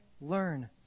Learn